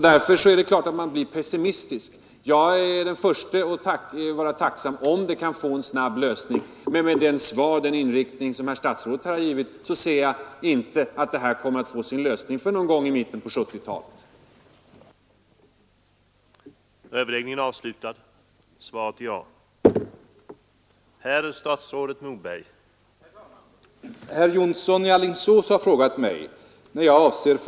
Därför är det klart att man blir pessimistisk Jag är den förste att vara tacksam om problemet kan få en snabb lösning, men med den inriktning som statsrådet här har angivit ser jag inte att det kommer att få sin lösning förrän någon gång i mitten på 1970-talet.